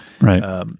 Right